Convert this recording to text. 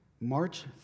March